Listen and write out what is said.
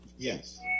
yes